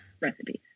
recipes